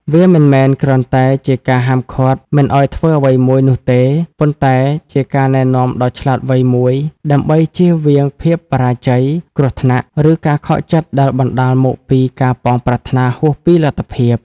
វាមិនមែនគ្រាន់តែជាការហាមឃាត់មិនឲ្យធ្វើអ្វីមួយនោះទេ ប៉ុន្តែជាការណែនាំដ៏ឆ្លាតវៃមួយដើម្បីជៀសវាងភាពបរាជ័យ គ្រោះថ្នាក់ ឬការខកចិត្តដែលបណ្តាលមកពីការប៉ងប្រាថ្នាហួសពីលទ្ធភាព។